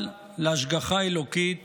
אבל להשגחה האלוקית